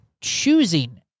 choosing